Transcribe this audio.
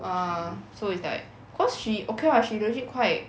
ah so it's like cause she okay [what] she legit quite